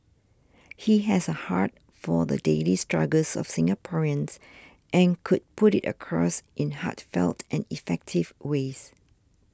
he has a heart for the daily struggles of Singaporeans and could put it across in heartfelt and effective ways